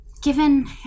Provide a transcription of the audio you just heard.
Given